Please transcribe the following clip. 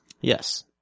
Yes